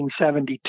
1972